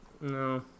No